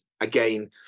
again